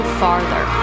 farther